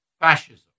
Fascism